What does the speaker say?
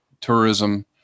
tourism